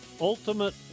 Ultimate